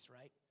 right